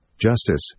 justice